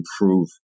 improve